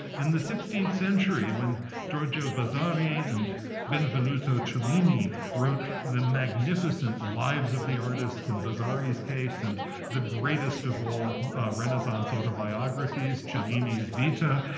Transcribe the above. in the sixteenth century, when giorgio vasari and benvenuto cellini wrote the magnificent lives of the artists, in vasari's case, and the greatest of all renaissance autobiographies, cellini's vita,